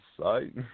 Sight